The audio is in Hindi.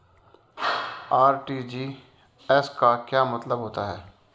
आर.टी.जी.एस का क्या मतलब होता है?